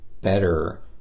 better